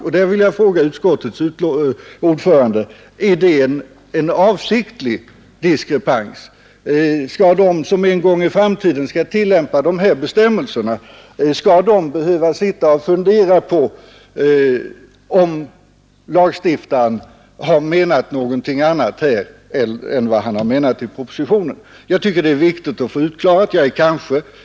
Jag vill fråga utskottets ordförande: Är det en avsiktlig diskrepans? Skall de som en gång i framtiden skall tillämpa de här bestämmelserna behöva sitta och fundera på om lagstiftaren har menat någonting annat här än han har menat i propositionen? Jag tycker att det är viktigt att få det utklarat.